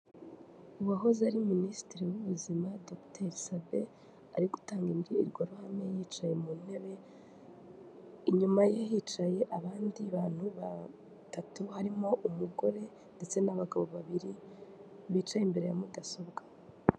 Uwahoze ari Minisitiri w'ubuzima Dogiteri Sabe ari gutanga imbwirwaruhame, yicaye mu ntebe inyuma ye, hicaye abandi bantu batatu harimo umugore ndetse n'abagabo babiri bicaye imbere ya mudasobwa.